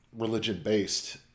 religion-based